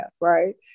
right